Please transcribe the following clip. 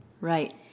Right